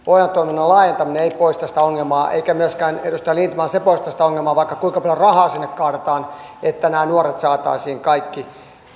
ohjaamo toiminnan laajentaminen ei poista sitä ongelmaa eikä myöskään edustaja lindtman se poista sitä ongelmaa vaikka kuinka paljon rahaa sinne kaadetaan että nämä nuoret saataisiin kaikki